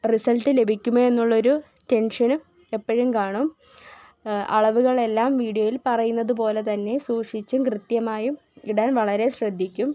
result ലഭിക്കുമോ എന്നുള്ളൊരു ടെന്ഷനും എപ്പഴും കാണും അളവുകളെല്ലാം വീഡിയോയില് പറയുന്നതുപോലെ തന്നെ സൂക്ഷിച്ചും കൃത്യമായും ഇടാന് വളരേ ശ്രദ്ധിക്കും